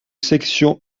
section